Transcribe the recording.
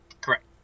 Correct